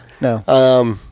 no